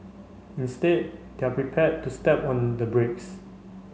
instead they're prepared to step on the brakes